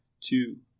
two